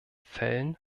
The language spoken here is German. fällen